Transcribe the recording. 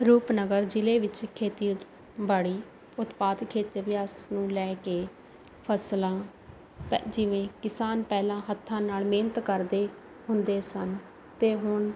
ਰੂਪਨਗਰ ਜ਼ਿਲ੍ਹੇ ਵਿੱਚ ਖੇਤੀਬਾੜੀ ਉਤਪਾਦ ਖੇਤੀ ਅਭਿਆਸ ਨੂੰ ਲੈ ਕੇ ਫਸਲਾਂ ਪੈ ਜਿਵੇਂ ਕਿਸਾਨ ਪਹਿਲਾਂ ਹੱਥਾਂ ਨਾਲ ਮਿਹਨਤ ਕਰਦੇ ਹੁੰਦੇ ਸਨ ਅਤੇ ਹੁਣ